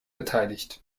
beteiligt